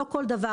לא כל דבר,